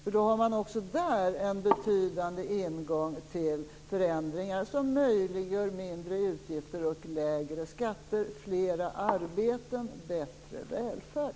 Också där finns en betydande ingång till förändringar som möjliggör mindre utgifter, lägre skatter, fler arbeten och bättre välfärd.